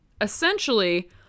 essentially